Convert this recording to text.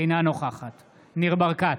אינה נוכחת ניר ברקת,